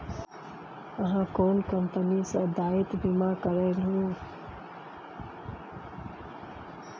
अहाँ कोन कंपनी सँ दायित्व बीमा करेलहुँ